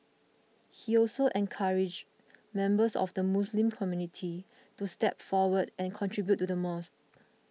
he also encouraged members of the Muslim community to step forward and contribute to the mosque